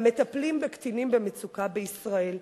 המטפלים בקטינים במצוקה בישראל.